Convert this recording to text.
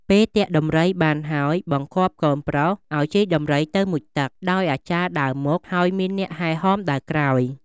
ពេលទាក់ដំរីបានហើយ បង្គាប់កូនប្រុសឲជិះដំរីទៅមុជទឹក ដោយអាចារ្យដើរមុខ ហើយមានអ្នកហែហមដើរក្រោយ។